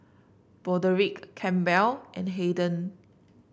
Broderick Campbell and Hayden